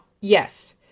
yes